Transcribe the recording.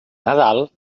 nadal